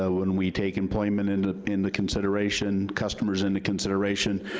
ah when we take employment into into consideration, customers into consideration,